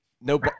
No